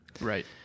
Right